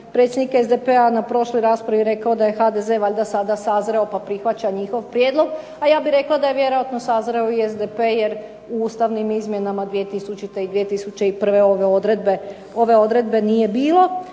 predsjednik SDP-a na prošloj raspravi rekao da je HDZ valjda sada sazreo pa prihvaća njihov prijedlog a ja bih rekla da je vjerojatno sazreo i SDP jer u ustavnim izmjenama 2000. i 2001. ove odredbe nije bilo,